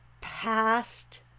past